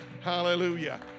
Hallelujah